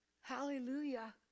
Hallelujah